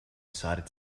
decided